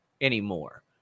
anymore